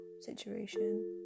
situation